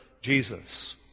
Jesus